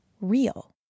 real